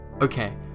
okay